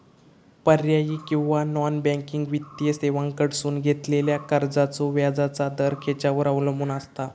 पर्यायी किंवा non banking वित्तीय सेवांकडसून घेतलेल्या कर्जाचो व्याजाचा दर खेच्यार अवलंबून आसता?